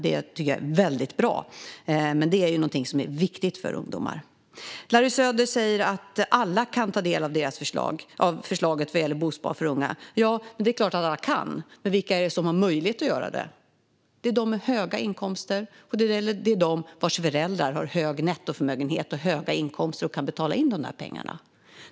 Det tycker jag är väldigt bra, och det är någonting som är viktigt för ungdomar. Larry Söder säger att alla kan ta del av det bosparande för unga som föreslås. Ja, det är klart att alla kan. Men vilka är det som har möjlighet att göra det? Det är de med höga inkomster, och det är de vars föräldrar har hög nettoförmögenhet och höga inkomster och kan betala in de pengarna.